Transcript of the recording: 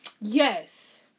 Yes